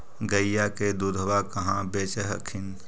गईया के दूधबा कहा बेच हखिन?